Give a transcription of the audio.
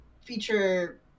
feature